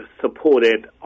supported